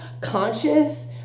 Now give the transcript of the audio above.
conscious